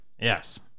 Yes